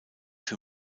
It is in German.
für